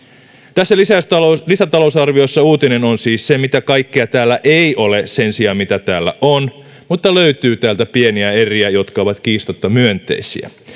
tässä lisätalousarviossa uutinen on siis se mitä kaikkea täällä ei ole sen sijaan mitä täällä on mutta löytyy täältä pieniä eriä jotka ovat kiistatta myönteisiä